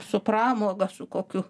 su pramoga su kokiu